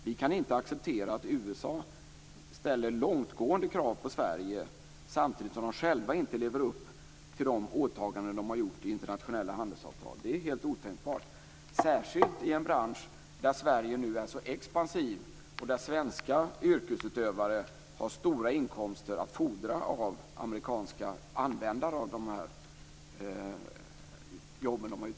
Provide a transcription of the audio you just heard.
Vi kan inte acceptera att USA ställer långtgående krav på Sverige samtidigt som man själv inte lever upp till de åtaganden man har gjort i internationella handelsavtal. Det är helt otänkbart - särskilt i en bransch där Sverige nu är så expansivt och där svenska yrkesutövare har stora inkomster att fordra av amerikanska användare av de jobb de uträttat.